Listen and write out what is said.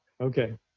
Okay